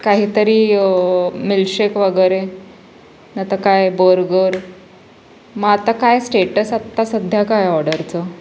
काहीतरी मिलशेक वगैरे नाहीतर काय बर्गर मग आता काय स्टेटस आता सध्या काय ऑडरचं